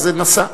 נסע.